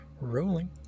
rolling